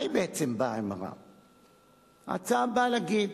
מה בעצם היא באה לומר? ההצעה באה להגיד